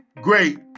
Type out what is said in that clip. great